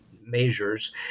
measures